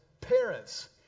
parents